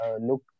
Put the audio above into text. look